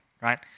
right